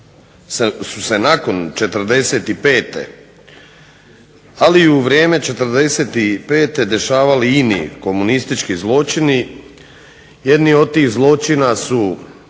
su se nakon '45. ali i u vrijeme '45. dešavali ini komunistički zločini. Jedni od tih zločina su